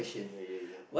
ya ya ya